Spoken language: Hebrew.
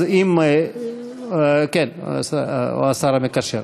אז, או השר המקשר.